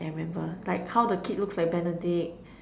I remember like how the kid looks like Benedict